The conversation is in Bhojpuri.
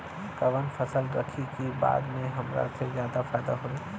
कवन फसल रखी कि बाद में हमरा के ज्यादा फायदा होयी?